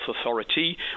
authority